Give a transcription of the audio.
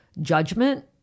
judgment